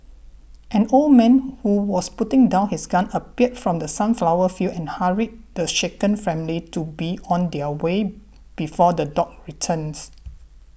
an old man who was putting down his gun appeared from the sunflower fields and hurried the shaken family to be on their way before the dogs returns